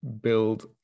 build